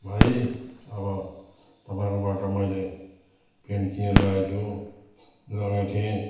भाइ अब तपाईँकोबाट मैले प्यान्ट किनेर लगेको थियो लगेको थिएँ